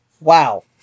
Wow